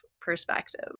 perspective